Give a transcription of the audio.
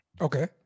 Okay